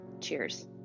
Cheers